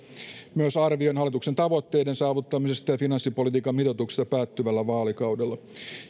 myös arvion hallituksen tavoitteiden saavuttamisesta ja finanssipolitiikan mitoituksesta päättyvällä vaalikaudella